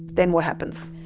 then what happens?